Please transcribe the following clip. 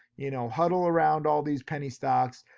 you know, huddle around all these penny stocks,